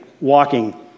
walking